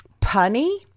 punny